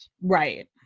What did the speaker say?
Right